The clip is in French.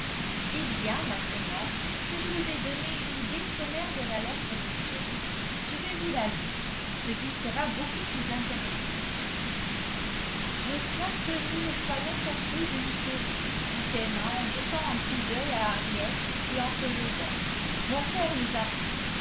eh bien maintenant que je vous ai donné une idée sommaire de la lettre de jane je vais vous la lire ce qui sera beaucoup plus intéressant je crains que nous ne soyons forcées de nous sauver dit emma en jetant un coup d'œil à harriet et en se levant mon père nous attend